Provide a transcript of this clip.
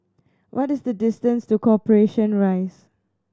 what is the distance to Corporation Rise